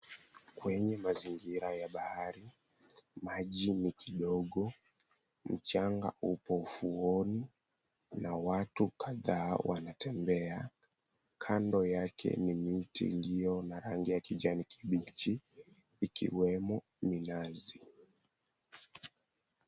Kwenye mazingira ya bahari, maji ni kidogo. Mchanga upo ufuoni, na watu kadhaa wanatembea. Kando yake ni miti iliyo na rangi ya kijani kibichi ikiwemo minazi.